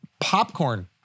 popcorn